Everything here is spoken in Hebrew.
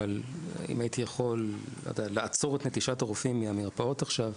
אבל אם הייתי יכול לעצור את נטישת הרופאים מהמרפאות עכשיו,